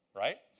right?